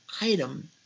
item